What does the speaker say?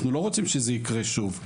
אנחנו לא רוצים שזה יקרה שוב.